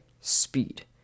speed